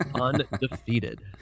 Undefeated